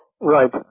Right